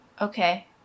Okay